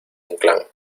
inclán